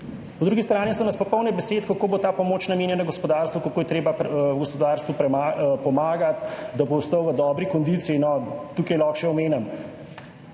Po drugi strani smo pa polni besed, kako bo ta pomoč namenjena gospodarstvu, kako je treba gospodarstvu pomagati, da bo ostalo v dobri kondiciji. Tukaj lahko še omenim,